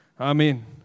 Amen